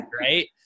right